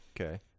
Okay